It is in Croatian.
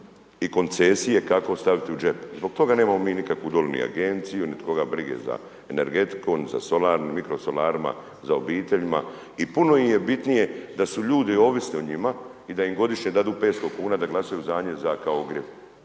i koncesije kako staviti u džep, zbog toga nemamo mi nikakvu dolje ni agenciju, niti koga briga za energetiku niti za solarnu, mikro solarima, za obiteljima i puno im je bitnije da su ljudi ovisni o njima i da im godišnje daju 500 kuna da glasaju za njih kao za